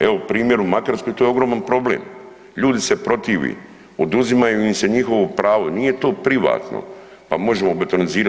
Evo primjer u Makarskoj to je ogroman problem, ljudi se protive, oduzimaju im se njihovo pravo, nije to privatno, pa možemo betonizirat.